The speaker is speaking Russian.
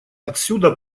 отсюда